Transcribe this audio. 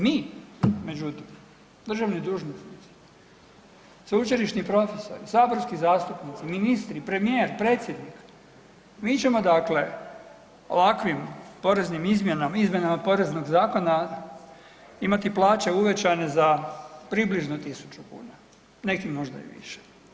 Mi međutim, državni dužnosnici, sveučilišni profesori, saborski zastupnici, ministri, premijer, predsjednik mi ćemo ovakvim poreznim izmjenama Poreznog zakona imati plaće uvećane za približno tisuću kuna, neki možda i više.